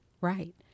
right